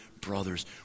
brothers